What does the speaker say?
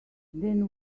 then